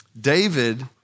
David